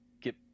get